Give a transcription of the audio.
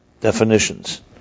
definitions